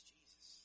Jesus